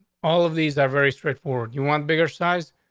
all of these are very straightforward. you want bigger size.